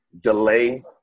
delay